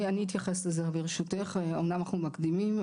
אני אתייחס לזה, ברשותך, אמנם אנחנו מקדימים.